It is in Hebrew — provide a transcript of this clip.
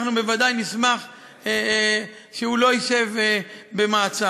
אנחנו בוודאי נשמח שהוא לא ישב במעצר.